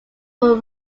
were